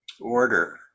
order